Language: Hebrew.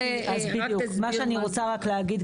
מה שאני רוצה להגיד,